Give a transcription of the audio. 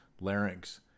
larynx